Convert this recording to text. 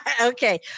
Okay